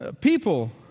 people